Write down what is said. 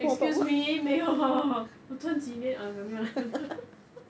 excuse me 没有 hor 我穿几年 err err 没有啦